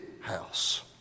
house